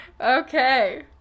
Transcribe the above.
Okay